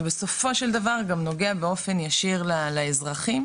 ובסופו של דבר גם נוגע באופן ישיר לאזרחים,